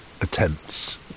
attempts